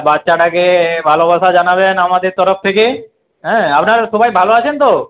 বাচ্চাটাকে ভালোবাসা জানাবেন আমাদের তরফ থেকে হ্যাঁ আপনারা সবাই ভালো আছেন তো